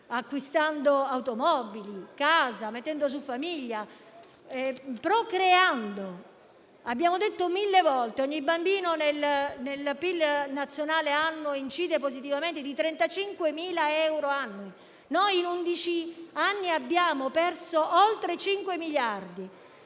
acquistando automobili e case, mettendo su famiglia, procreando. Abbiamo detto mille volte che ogni bambino nel PIL nazionale annuo incide positivamente di 35.000 euro annui. Noi in undici anni abbiamo perso oltre cinque miliardi.